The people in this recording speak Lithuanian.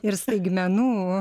ir staigmenų